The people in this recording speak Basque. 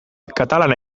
katalana